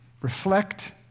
reflect